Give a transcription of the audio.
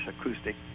acoustic